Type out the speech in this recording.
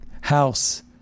House